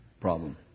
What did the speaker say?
problem